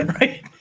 Right